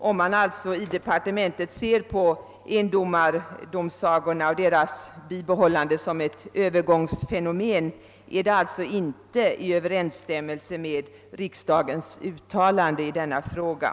Om man alltså i departementet ser endomardomsagorna som ett övergångsfenomen, står detta inte i överensstämmelse med riksdagens uttalande i denna fråga.